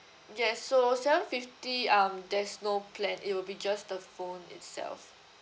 yes so seven fifty um there's no plan it will be just the phone itself